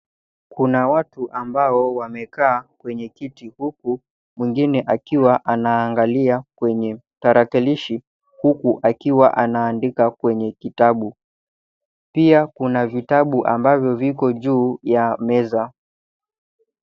Kuna watu ambao wamekaa kwenye kiti huku mwingine akiwa anaangalia kwenye tarakilishi huku akiwa anaandika kwenye kitabu. Pia kuna vitabu ambavyo viko juu ya meza.